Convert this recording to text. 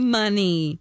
money